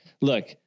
look